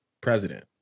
president